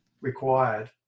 required